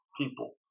people